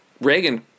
Reagan